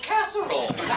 Casserole